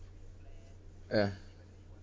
ya